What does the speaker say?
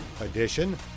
edition